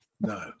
No